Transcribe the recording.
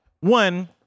One